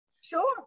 sure